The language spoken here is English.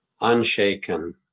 unshaken